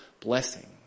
blessing